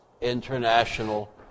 International